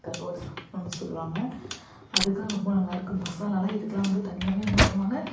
கருவாடு சாப்பிடணுன்னு சொல்லுவாங்க அதுக்காக ரொம்ப நல்லாயிருக்கும் மசாலாவெலாம் வந்து இதுக்கெல்லாம் வந்து தனியாகவே என்ன பண்ணுவாங்க